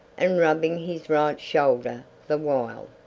and rubbing his right shoulder the while.